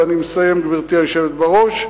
אני מסיים, גברתי היושבת בראש.